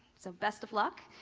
so best of luck.